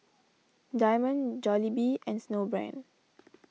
Diamond Jollibee and Snowbrand